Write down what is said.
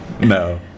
No